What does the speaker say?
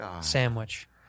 sandwich